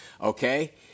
Okay